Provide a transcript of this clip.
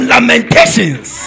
Lamentations